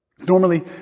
normally